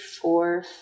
four